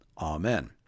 Amen